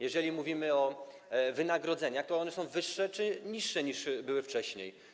Jeżeli mówimy o wynagrodzeniach, to one są wyższe czy niższe, niż były wcześniej?